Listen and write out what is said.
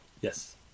yes